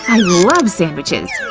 i love sandwiches!